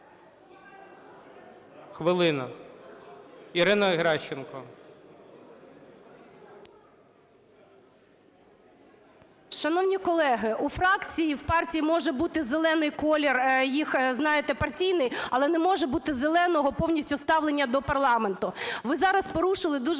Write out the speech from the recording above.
11:00:59 ГЕРАЩЕНКО І.В. Шановні колеги, у фракції, в партії може бути зелений колір їх, знаєте, партійний, але не може бути зеленого повністю ставлення до парламенту. Ви зараз порушили дуже